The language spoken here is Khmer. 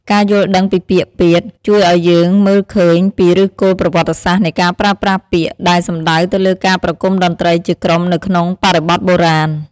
ការយល់ដឹងពីពាក្យ "ពាទ្យ" ជួយឱ្យយើងមើលឃើញពីឫសគល់ប្រវត្តិសាស្ត្រនៃការប្រើប្រាស់ពាក្យដែលសំដៅទៅលើការប្រគំតន្ត្រីជាក្រុមនៅក្នុងបរិបទបុរាណ។